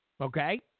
Okay